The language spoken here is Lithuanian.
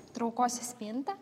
traukos spintą